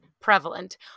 prevalent